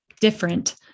different